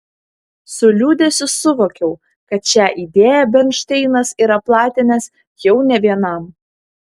su liūdesiu suvokiau kad šią idėją bernšteinas yra platinęs jau ne vienam